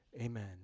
amen